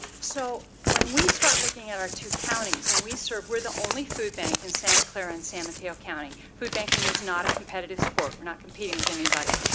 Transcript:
so when we start looking at our two counties, and we serve we're the only food bank in santa clara and san mateo county. food banking is not a competitive sport. we're not competing with anybody.